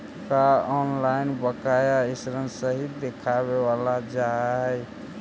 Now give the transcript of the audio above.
का ऑनलाइन बकाया ऋण सही दिखावाल जा हई